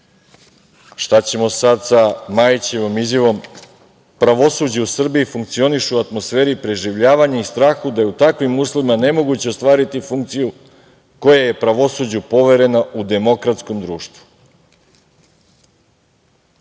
Šta ćemo sada sa Majićevom izjavom – pravosuđe u Srbiji funkcioniše u atmosferi preživljavanja i strahu da je u takvim uslovima nemoguće ostvariti funkciju koja je pravosuđu poverena u demokratskom društvu. Nas